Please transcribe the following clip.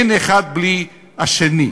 אין האחד בלי השני.